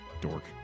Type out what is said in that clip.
Dork